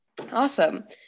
Awesome